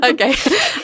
okay